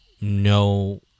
no